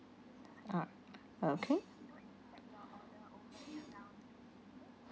ah okay